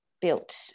built